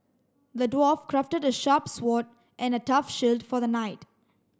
the dwarf crafted the sharp sword and a tough shield for the knight